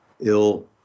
ill